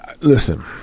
listen